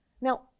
Now